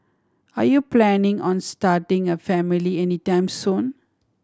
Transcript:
are you planning on starting a family anytime soon